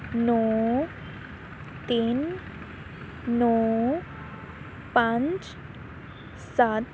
ਨੌਂ ਤਿੰਨ ਨੌਂ ਪੰਜ ਸੱਤ